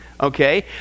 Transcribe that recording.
Okay